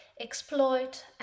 exploit